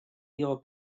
either